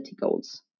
goals